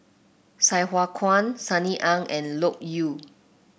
Sai Hua Kuan Sunny Ang and Loke Yew